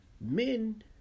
Men